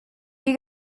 you